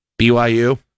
BYU